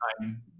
time